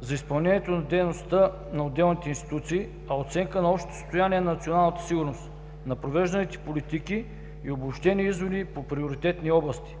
за изпълнението на дейността на отделни институции, а оценка на общото състояние на националната сигурност, на провежданите политики и обобщени изводи по приоритетни области.